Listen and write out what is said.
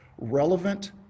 relevant